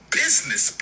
business